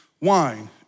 wine